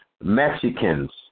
Mexicans